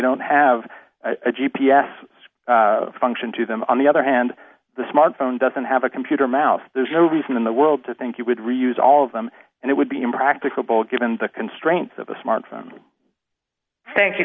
don't have a g p s function to them on the other hand the smart phone doesn't have a computer mouse there's no reason in the world to think you would reuse all of them and it would be impracticable given the constraints of a smartphone thank you